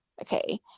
okay